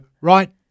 right